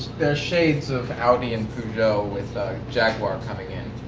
there's shades of audi and peugeot with jaguar coming in.